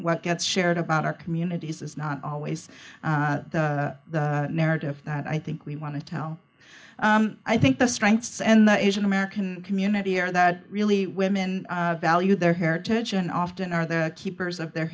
what gets shared about our communities is not always the narrative that i think we want to tell i think the strengths and the asian american community are that really women value their heritage and often are the keepers of their